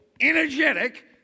energetic